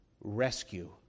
rescue